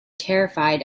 terrified